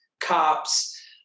cops